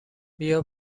بیا